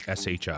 SHI